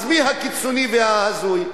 אז מי הקיצוני וההזוי?